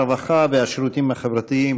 הרווחה והשירותים החברתיים,